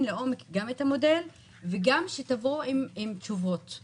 לעומק גם את המודל וגם שתבואו עם תשובות,